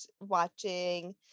watching